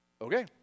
Okay